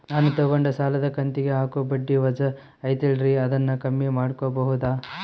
ನಾನು ತಗೊಂಡ ಸಾಲದ ಕಂತಿಗೆ ಹಾಕೋ ಬಡ್ಡಿ ವಜಾ ಐತಲ್ರಿ ಅದನ್ನ ಕಮ್ಮಿ ಮಾಡಕೋಬಹುದಾ?